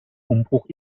umbruch